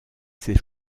ces